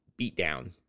beatdown